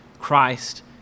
Christ